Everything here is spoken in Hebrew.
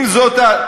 לא.